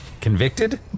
Convicted